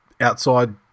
outside